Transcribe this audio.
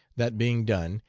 that being done,